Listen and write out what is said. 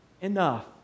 enough